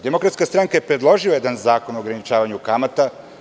Demokratska stranka je predložila jedan zakon o ograničavanju kamata.